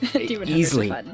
Easily